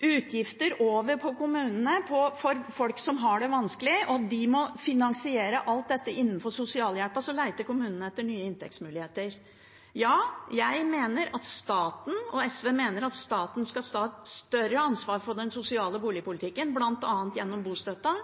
utgifter for folk som har det vanskelig, over på kommunene, og de må finansiere alt dette innenfor sosialhjelpen, så leter kommunene etter nye inntektsmuligheter. SV og jeg mener at staten skal ta et større ansvar for den sosiale boligpolitikken, bl.a. gjennom bostøtten,